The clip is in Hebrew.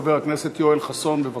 חבר הכנסת יואל חסון, בבקשה.